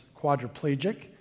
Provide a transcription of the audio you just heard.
quadriplegic